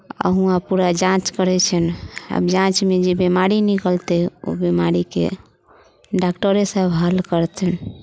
आ हुआँ पूरा जाँच करैत छैन्ह आब जाँचमे जे बीमारी निकलतै ओ बीमारीके डाक्टरेसभ हल करथिन